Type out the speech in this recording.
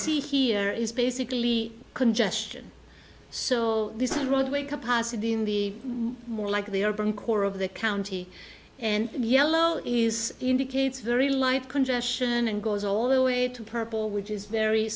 see here is basically congestion so this is a roadway capacity in the more likely urban core of the county and yellow is indicates very light congestion and goes all the way to purple which is very